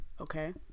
Okay